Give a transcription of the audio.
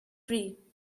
free